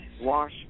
wash